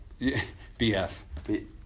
BF